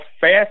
fast